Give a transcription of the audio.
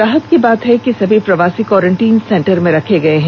राहत की बात यह है कि सभी प्रवासी क्वारंटीन सेंटर में रखे गए हैं